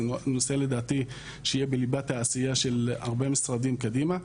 זה נושא לדעתי שיהיה בליבת העשייה של הרבה משרדים קדימה.